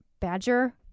Badger